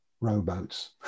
rowboats